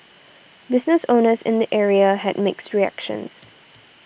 business owners in the area had mixed reactions